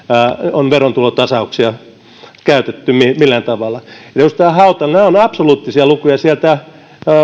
on verotulotasauksia käytetty millään tavalla edustaja hautala nämä ovat absoluuttisia lukuja sieltä